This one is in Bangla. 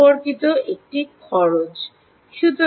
সম্পর্কিত একটি খরচ হয়